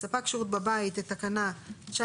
(7)ספק שירות בבית, 19(ו)